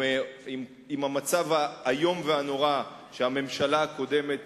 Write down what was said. עם המצב האיום והנורא שהממשלה הקודמת